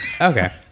Okay